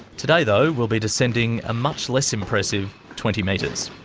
today though we'll be descending a much less impressive twenty metres.